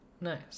Nice